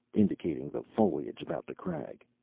indicating the foliage about the crag.